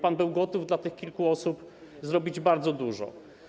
Pan był gotów dla tych kilku osób zrobić bardzo dużo.